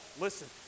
listen